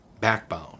backbone